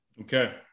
Okay